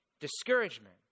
discouragement